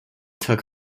took